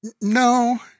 No